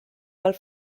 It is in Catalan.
pel